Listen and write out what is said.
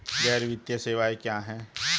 गैर वित्तीय सेवाएं क्या हैं?